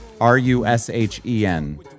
R-U-S-H-E-N